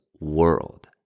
world